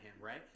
right